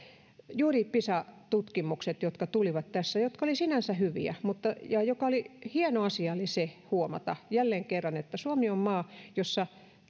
pisa tutkimukset jotka juuri tulivat tässä olivat sinänsä hyviä ja oli hieno asia huomata jälleen kerran se että suomi on maa jossa